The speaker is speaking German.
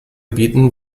gebieten